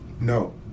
No